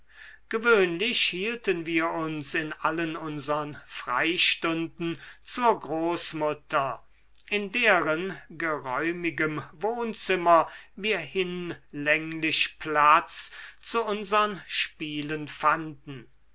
gewöhnlich hielten wir uns in allen unsern freistunden zur großmutter in deren geräumigem wohnzimmer wir hinlänglich platz zu unsern spielen fanden